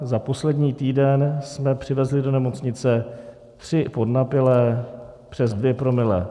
Za poslední týden jsme přivezli do nemocnice tři podnapilé přes dvě promile.